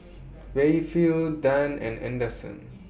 Rayfield Dann and Anderson